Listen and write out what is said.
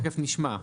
תכף נשמע,